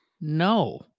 No